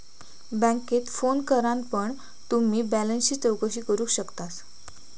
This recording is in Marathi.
बॅन्केत फोन करान पण तुम्ही बॅलेंसची चौकशी करू शकतास